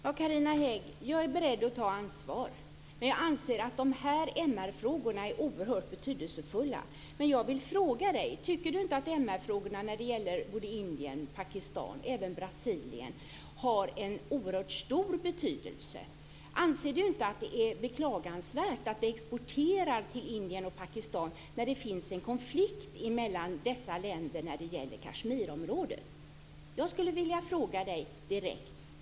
Herr talman! Jag är beredd att ta ansvar, men jag anser att dessa MR-frågor är oerhört betydelsefulla. Carina Hägg inte att MR-frågorna när det gäller Indien, Pakistan och även Brasilien har en oerhört stor betydelse? Anser inte Carina Hägg att det är beklagansvärt att vi exporterar till Indien och Pakistan när det finns en konflikt mellan dessa länder när det gäller Kashmirområdet? Jag vill ställa en direkt fråga till Carina Hägg.